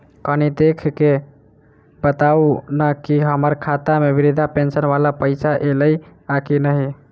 कनि देख कऽ बताऊ न की हम्मर खाता मे वृद्धा पेंशन वला पाई ऐलई आ की नहि?